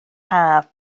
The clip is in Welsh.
haf